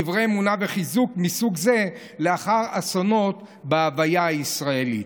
דברי אמונה וחיזוק מסוג זה לאחר אסונות בהוויה הישראלית.